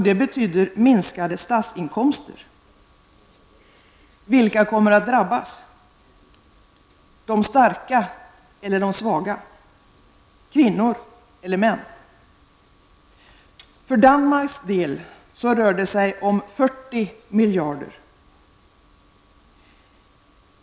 Det betyder minskade statsinkomster. Vilka kommer att drabbas? De starka eller de svaga? Kvinnor eller män? För Danmarks del rör det sig om 40 miljarder.